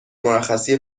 مرخصی